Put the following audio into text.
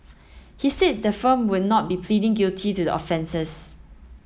he said the firm would not be pleading guilty to the offences